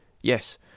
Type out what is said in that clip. Yes